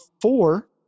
four